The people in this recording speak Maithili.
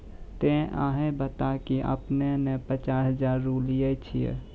ते अहाँ बता की आपने ने पचास हजार रु लिए छिए?